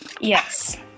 Yes